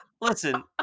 Listen